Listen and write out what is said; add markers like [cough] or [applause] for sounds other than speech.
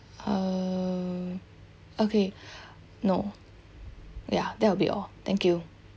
uh okay [breath] no ya that will be all thank you